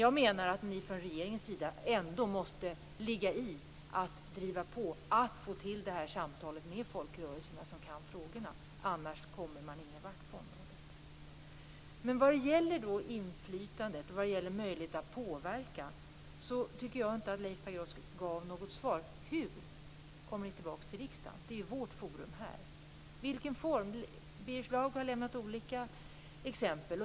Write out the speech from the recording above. Jag menar att ni från regeringens sida ändå måste ligga i och driva på för att få till detta samtal med de folkrörelser som kan frågorna - annars kommer man ingen vart på området. När det gäller inflytandet och möjligheterna att påverka tycker jag inte att Leif Pagrotsky gav något svar. Hur kommer ni tillbaks till riksdagen? Det är ju vårt forum. I vilken form skall det ske? Birger Schlaug har lämnat olika exempel.